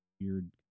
weird